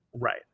Right